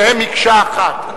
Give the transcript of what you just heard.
שהם מקשה אחת,